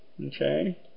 Okay